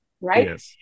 Right